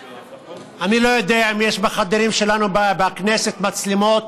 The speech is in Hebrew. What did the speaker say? אני לא יודע אם יש בחדרים שלנו בכנסת מצלמות,